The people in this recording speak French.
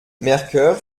mercœur